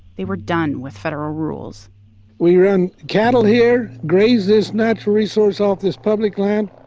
they were done with federal rules we run cattle here, graze this natural resource off this public land,